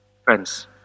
Friends